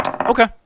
Okay